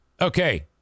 Okay